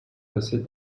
passer